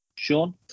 Sean